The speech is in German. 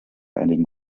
einigen